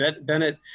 Bennett